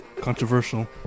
Controversial